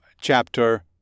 chapter